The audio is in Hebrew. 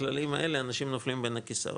בכללים האלה, אנשים נופלים בין הכיסאות,